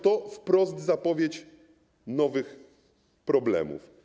To wprost zapowiedź nowych problemów.